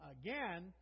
again